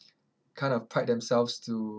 kind of pride themselves to